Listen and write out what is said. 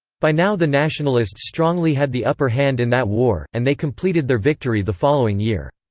by now the nationalists strongly had the upper hand in that war, and they completed their victory the following year.